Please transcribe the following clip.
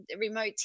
remote